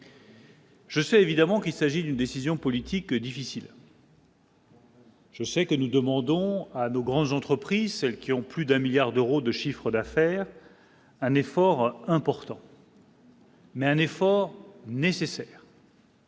Je suis évidemment qu'il s'agit d'une décision politique difficile. Je sais que nous demandons à nos grandes entreprises, celles qui ont plus d'un 1000000000 d'euros de chiffre d'affaires, un effort important. Mais un effort nécessaire.